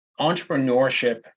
entrepreneurship